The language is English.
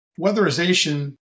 weatherization